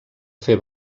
fer